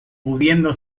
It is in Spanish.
pudiendo